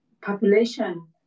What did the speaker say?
population